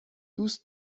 دوست